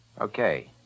Okay